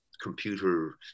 computer